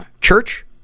Church